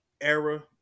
era